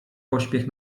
pośpiech